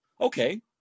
okay